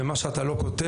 וכל מה שאנחנו לא כותבים,